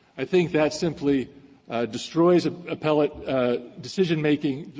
i think that simply destroys ah appellate decision making,